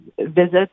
visits